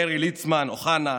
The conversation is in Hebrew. דרעי, ליצמן, אוחנה,